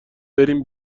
بریم